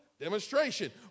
demonstration